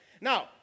Now